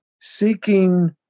seeking